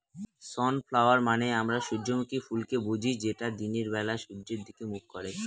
sunflower মানে আমরা সূর্যমুখী ফুলকে বুঝি যেটা দিনের বেলা সূর্যের দিকে মুখ করে